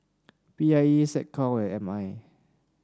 P I E SecCom and M I